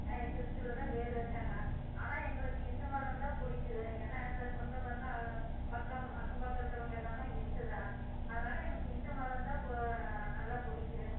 கிறிஸ்த்துவில தான் பேர் வச்சாங்க ஆனால் எங்களுக்கு இந்து மதந்தான் பிடிக்கும் ஏனா எங்கள் சொந்த பந்தம் பக்கம் அக்கம் பக்கம் இருக்கிறவங்க எல்லாமே இந்து தான் அதனால் எனக்கு இந்து மதந்தான் போ நல்லா பிடிக்கும்